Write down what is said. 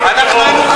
אנחנו היינו פה לפניך.